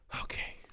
Okay